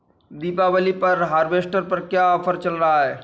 दीपावली पर हार्वेस्टर पर क्या ऑफर चल रहा है?